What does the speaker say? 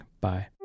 Bye